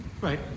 Right